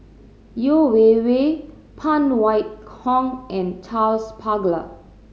Yeo Wei Wei Phan Wait Hong and Charles Paglar